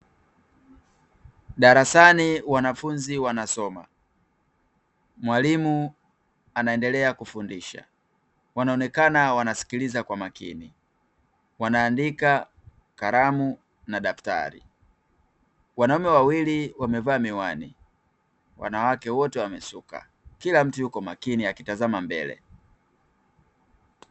Darasani wanafunzi wanasoma, mwalimu anaendelea kufundisha, wanaonekana wanasikiliza kwa makini wanaandika kalamu na dafutari wanaume wawili wamevaa miwani wanawake wote wamesuka, kila mtu yuko makini akitazama mbele.